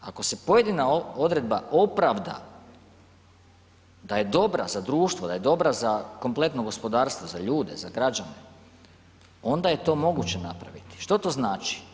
Ako se pojedina odredba opravda da je dobra za društvo, da je dobra za kompletno gospodarstvo, za ljude, za građane onda je to moguće napraviti, što to znači?